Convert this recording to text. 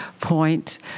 point